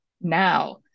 now